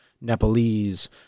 Nepalese